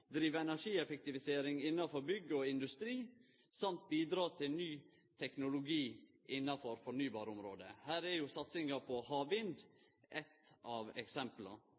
drive energieffektivisering innafor bygg og industri og bidra til ny teknologi innafor fornybarområdet. Her er satsinga på havvind eit av